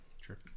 sure